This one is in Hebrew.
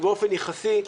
באופן יחסי,